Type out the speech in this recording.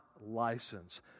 license